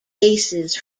aces